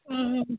ம் ம் ம்